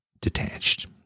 detached